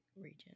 region